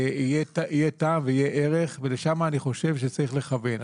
יהיה טעם ויהיה ערך ולשם אני חושב שצריך לכוון.